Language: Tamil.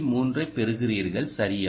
3பெறுகிறீர்கள் சரியா